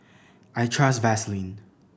I trust Vaselin